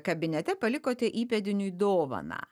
kabinete palikote įpėdiniui dovaną